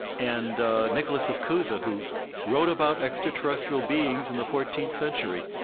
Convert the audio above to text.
and nicholas of cusa who wrote about extraterrestrial beings in the fourteenth century,